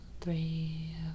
three